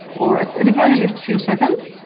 or at the very least few seconds.